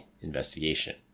investigation